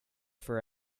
for